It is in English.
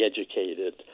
educated